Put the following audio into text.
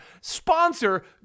sponsor